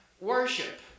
worship